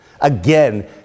Again